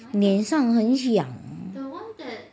脸上很痒